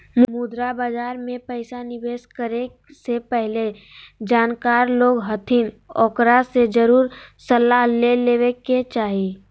मुद्रा बाजार मे पैसा निवेश करे से पहले जानकार लोग हथिन ओकरा से जरुर सलाह ले लेवे के चाही